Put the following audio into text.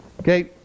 Okay